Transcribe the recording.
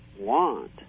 want